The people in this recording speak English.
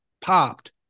popped